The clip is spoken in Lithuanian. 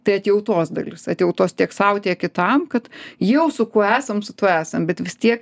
tai atjautos dalis atjautos tiek sau tiek kitam kad jau su kuo esam su tuo esam bet vis tiek